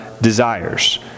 desires